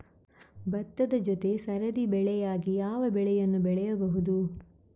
ಭತ್ತದ ಜೊತೆ ಸರದಿ ಬೆಳೆಯಾಗಿ ಯಾವ ಬೆಳೆಯನ್ನು ಬೆಳೆಯಬಹುದು?